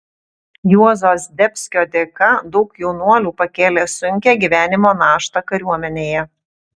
juozo zdebskio dėka daug jaunuolių pakėlė sunkią gyvenimo naštą kariuomenėje